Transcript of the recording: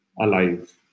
alive